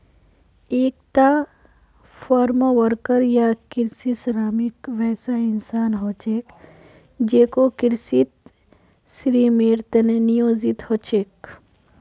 एकता farm worker या कृषि श्रमिक वैसा इंसान ह छेक जेको कृषित श्रमेर त न नियोजित ह छेक